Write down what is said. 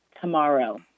tomorrow